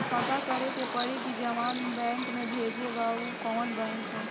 पता करे के पड़ी कि जवना बैंक में भेजे के बा उ कवन बैंक ह